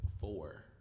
four